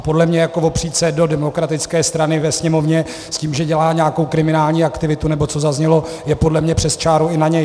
Podle mě opřít se do demokratické strany ve Sněmovně s tím, že dělá nějakou kriminální aktivitu, nebo co zaznělo, je podle mě přes čáru i na něj.